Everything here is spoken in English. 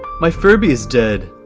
my furby is dead.